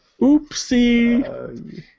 Oopsie